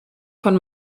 von